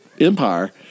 Empire